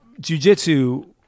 jujitsu